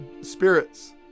spirits